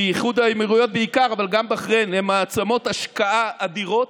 כי איחוד האמירויות בעיקר אבל גם בחריין הן מעצמות השקעה אדירות,